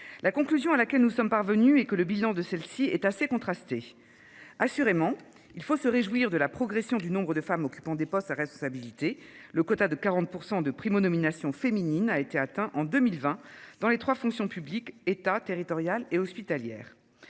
La conclusion à laquelle nous sommes parvenus et que le bilan de celle-ci est assez contrasté. Assurément, il faut se réjouir de la progression du nombre de femmes occupant des postes à responsabilité. Le quota de 40% de prime aux nominations féminines a été atteint en 2020 dans les 3 fonctions publiques État territoriale et hospitalière.